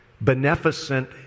beneficent